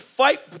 fight